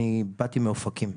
אני באתי מאופקים.